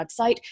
website